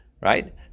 right